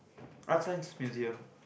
ArtScience Museum